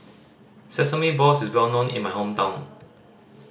sesame balls is well known in my hometown